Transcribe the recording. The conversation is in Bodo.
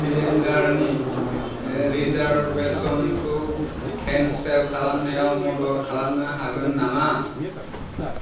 सिलिन्दारनि रिजार्भेसनखौ केनसेल खालामनायाव मदद खालामनो हागोन नामा